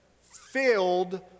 Filled